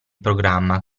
programma